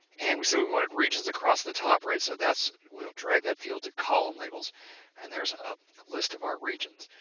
and we said we we wanted regions across the top, right. so, that's we'll drag that field to column labels and there's a list of our regions,